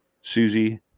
Susie